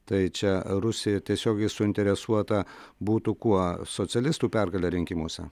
tai čia rusija tiesiogiai suinteresuota būtų kuo socialistų pergalę rinkimuose